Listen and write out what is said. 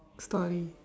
story